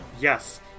Yes